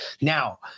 Now